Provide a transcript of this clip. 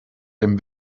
dem